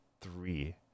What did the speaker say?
three